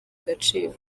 agaciro